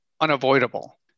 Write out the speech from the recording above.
unavoidable